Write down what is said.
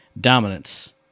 Dominance